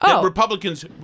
Republicans